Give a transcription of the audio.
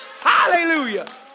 Hallelujah